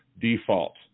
default